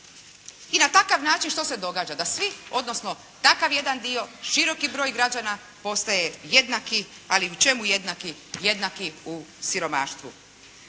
I na takav način što se događa da svi, odnosno takav jedan dio široki broj građana postaje jednaki, ali u čemu jednaki, jednaki u siromaštvu.